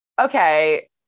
okay